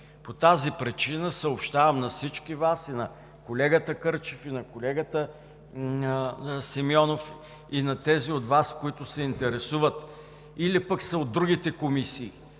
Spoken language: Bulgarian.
по тази причина съобщавам на всички Вас, и на колегата Кърчев, и на колегата Симеонов, и на тези от Вас, които се интересуват или пък са от другите комисии,